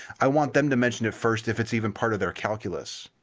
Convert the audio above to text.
i want them to mention it first if it's even part of their calculus.